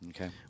Okay